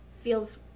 feels